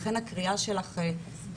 לכן הקריאה שלכן,